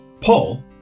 Paul